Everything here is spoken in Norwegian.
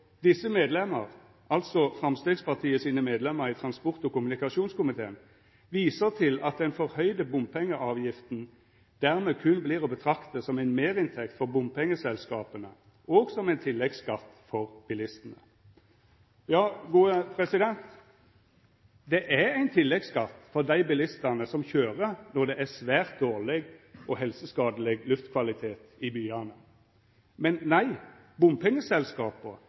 altså Framstegspartiet sine medlemer i transport- og kommunikasjonskomiteen, «viser til at den forhøyde bompengeavgiften dermed kun blir å betrakte som en merinntekt for bompengeselskapene, og som en tilleggsskatt for bilistene». Det er ein tilleggsskatt for dei bilistane som køyrer, når det er svært dårleg og helseskadeleg luftkvalitet i byane. Men nei, bompengeselskapa